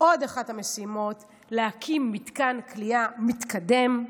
עוד אחת מהמשימות היא להקים מתקן כליאה מתקדם,